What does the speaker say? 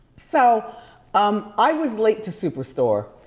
so um i was late to superstore.